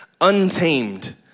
untamed